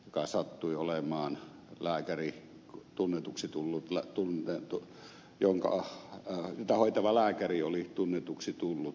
kai sattui olemaan lääkäri tunnetuksi tullut appiukkoni jota hoitava lääkäri oli tunnetuksi tullut pekka lantto